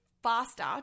faster